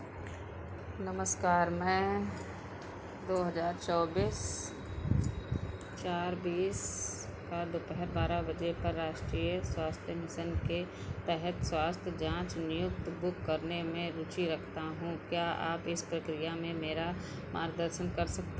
नमस्कार मैं दो हज़ार चौबीस चार बीस का दोपहर बारह बजे पर राष्ट्रीय स्वास्थ्य मिसन के तहत स्वास्थ्य जाँच नियुक्ति बुक करने में रुचि रखता हूँ क्या आप इस प्रक्रिया में मेरा मार्गदर्शन कर सकते हैं